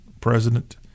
President